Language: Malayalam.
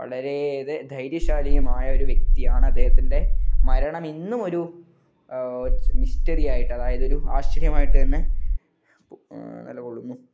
വളരെ ഏറെ ധൈര്യശാലിയുമായ ഒരു വ്യക്തിയാണ് അദ്ദേഹത്തിൻ്റെ മരണം ഇന്നും ഒരു മിസ്റ്ററി ആയിട്ട് അതായത് ഒരു ആശ്ചര്യമായിട്ട് തന്നെ പു നിലകൊള്ളുന്നു